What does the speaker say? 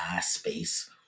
space